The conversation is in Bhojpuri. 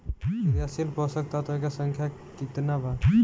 क्रियाशील पोषक तत्व के संख्या कितना बा?